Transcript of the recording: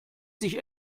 sich